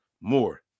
more